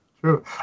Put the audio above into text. True